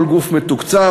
כל גוף מתוקצב,